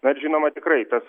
bet žinoma tikrai tas